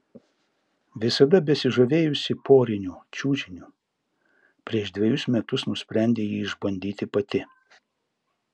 visada besižavėjusi poriniu čiuožimu prieš dvejus metus nusprendė jį išbandyti pati